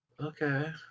Okay